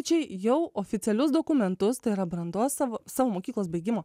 čia jau oficialius dokumentus tai yra brandos savo savo mokyklos baigimo